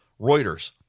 Reuters